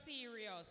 serious